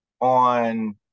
on